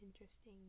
interesting